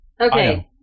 Okay